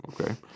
Okay